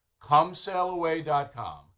comesailaway.com